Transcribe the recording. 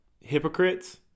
hypocrites